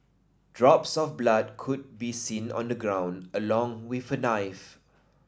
drops of blood could be seen on the ground along with a knife